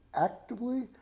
actively